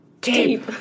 tape